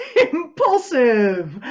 impulsive